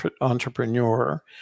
entrepreneur